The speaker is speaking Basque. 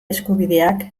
eskubideak